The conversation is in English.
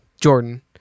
Jordan